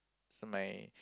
my